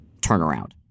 turnaround